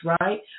right